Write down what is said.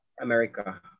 America